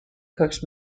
cooks